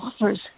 offers